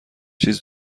چیز